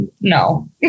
no